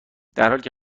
درحالیکه